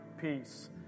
peace